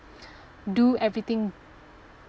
do everything